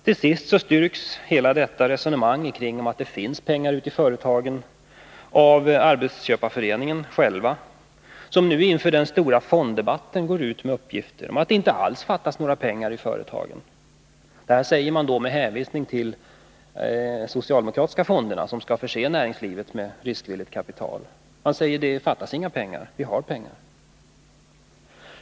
Till sist vill jag säga att hela detta resonemang om att det finns pengar ute i företagen styrks av Arbetsgivareföreningen själv, som nu inför den stora fonddebatten går ut med uppgifter om att det inte alls fattas pengar i företagen. Detta säger man med hänvisning till de socialdemokratiska fonderna, som skall förse näringslivet med riskvilligt kapital. Man säger att det inte fattas några pengar, företagen har pengar.